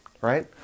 right